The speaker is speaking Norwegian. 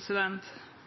Dette er